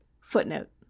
Footnote